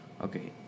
okay